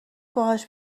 باهاش